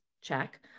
check